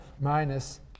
minus